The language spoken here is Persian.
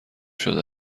شده